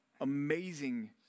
amazing